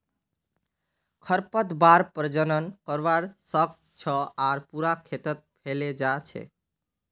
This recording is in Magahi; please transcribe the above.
खरपतवार प्रजनन करवा स ख छ आर पूरा खेतत फैले जा छेक